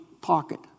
pocket